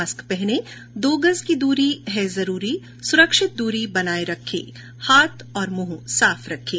mask पहनें दो गज़ की दूरी है जरूरी सुरक्षित दूरी बनाए रखें हाथ और मुंह साफ रखें